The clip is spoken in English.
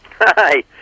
Hi